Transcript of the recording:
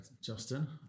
Justin